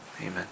amen